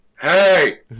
Hey